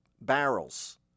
barrels